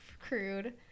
crude